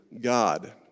God